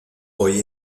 hoy